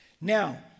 Now